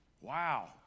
Wow